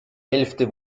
hälfte